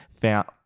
found